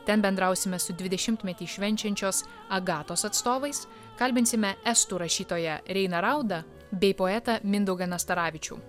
ten bendrausime su dvidešimtmetį švenčiančios agatos atstovais kalbinsime estų rašytoją reiną raudą bei poetą mindaugą nastaravičių